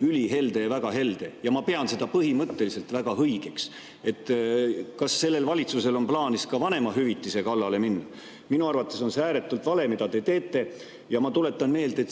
ülihelde ja väga helde ja ma pean seda põhimõtteliselt väga õigeks. Kas sellel valitsusel on plaanis ka vanemahüvitise kallale minna? Minu arvates on see ääretult vale, mida te teete, ja ma tuletan meelde, et